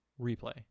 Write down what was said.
replay